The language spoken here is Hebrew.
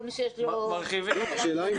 השאלה אם